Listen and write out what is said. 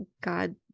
God